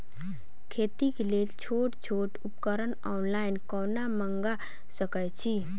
खेतीक लेल छोट छोट उपकरण ऑनलाइन कोना मंगा सकैत छी?